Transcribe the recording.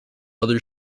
other